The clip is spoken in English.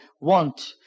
want